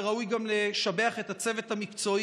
וראוי גם לשבח את הצוות המקצועי,